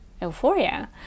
euphoria